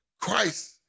Christ